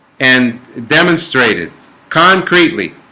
and demonstrated concretely